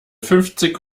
fünfzig